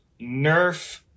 Nerf